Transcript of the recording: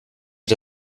wir